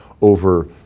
over